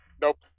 Nope